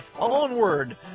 Onward